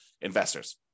investors